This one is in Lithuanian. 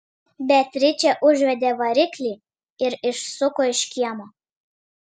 beatričė užvedė variklį ir išsuko iš kiemo